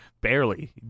barely